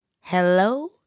Hello